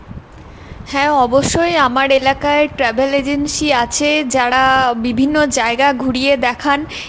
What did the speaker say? হ্যাঁ অবশ্যই আমার এলাকায় ট্রাভেল এজেন্সি আছে যারা বিভিন্ন জায়গা ঘুরিয়ে দেখান